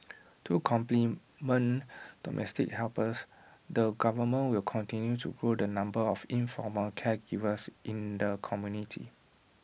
to complement domestic helpers the government will continue to grow the number of informal caregivers in the community